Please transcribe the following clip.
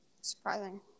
Surprising